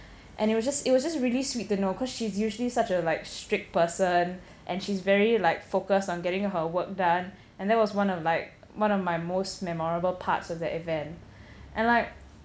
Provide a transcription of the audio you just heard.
and it was just it was just really sweet to know because she's usually such a like strict person and she's very like focused on getting her work done and that was one of like one of my most memorable parts of that event and like